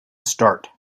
start